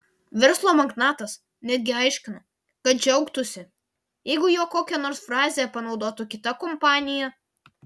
verslo magnatas netgi aiškino kad džiaugtųsi jeigu jo kokią nors frazę panaudotų kita kompanija